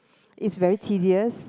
is very tedious